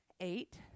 eight